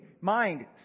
mind